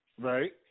Right